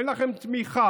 אין לכם תמיכה,